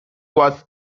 was